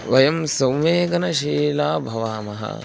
वयं संवेगनशीलाः भवामः